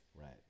Right